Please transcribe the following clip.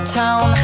town